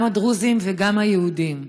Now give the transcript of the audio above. גם הדרוזים וגם היהודים,